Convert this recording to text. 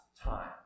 time